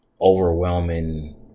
overwhelming